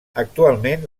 actualment